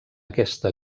aquesta